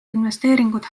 investeeringud